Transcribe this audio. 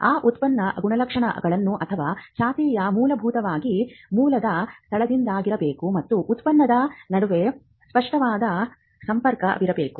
ಆ ಉತ್ಪನ್ನದಗುಣಲಕ್ಷಣಗಳು ಅಥವಾ ಖ್ಯಾತಿಯು ಮೂಲಭೂತವಾಗಿ ಮೂಲದ ಸ್ಥಳದಿಂದಾಗಿರಬೇಕು ಮತ್ತು ಉತ್ಪನ್ನದ ನಡುವೆ ಸ್ಪಷ್ಟವಾದ ಸಂಪರ್ಕವಿರಬೇಕು